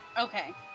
Okay